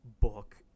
book